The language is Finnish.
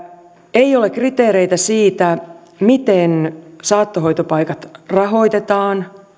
ei ole kriteereitä siitä miten saattohoitopaikat rahoitetaan